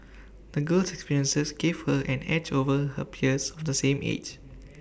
the girl's experiences gave her an edge over her peers of the same age